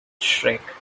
schreck